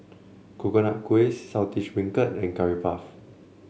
Coconut Kuih Saltish Beancurd and Curry Puff